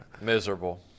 Miserable